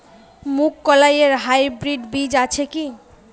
মুগকলাই এর হাইব্রিড বীজ আছে কি?